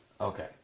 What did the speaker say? Okay